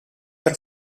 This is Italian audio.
per